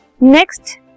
Next